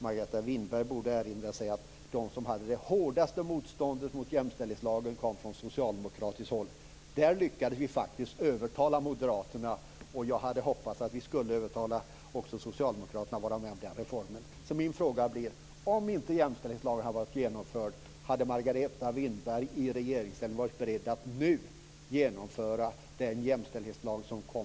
Margareta Winberg borde erinra sig att de som hade det hårdaste motståndet mot jämställdhetslagen kom från socialdemokratiskt håll. I den frågan lyckades vi faktiskt övertala Moderaterna, och jag hade hoppats att vi även skulle övertala Socialdemokraterna att vara med om reformen. Min fråga blir: Om inte jämställdhetslagen varit genomförd, hade Margareta Winberg i regeringsställning varit beredd att nu genomföra den jämställdhetslag som kom